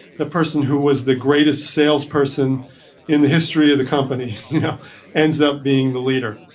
the person who was the greatest salesperson in the history of the company you know ends up being the leader.